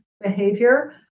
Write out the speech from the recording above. behavior